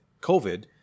COVID